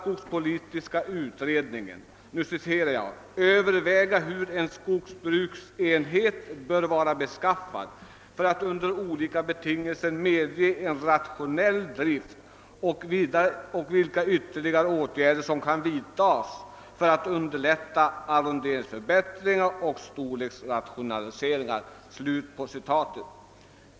Skogspolitiska utredningen skall sålunda bl.a. överväga »hur en skogsbruksenhet bör vara beskaffad för att under olika betingelser medge en rationell drift». Den skall vidare överväga »ytterligare åtgärder för att underlätta arronderingsförbättring och storleksrationalisering».